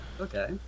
Okay